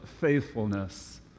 faithfulness